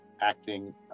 acting